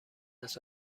است